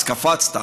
אז קפצת.